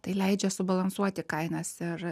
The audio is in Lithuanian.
tai leidžia subalansuoti kainas ir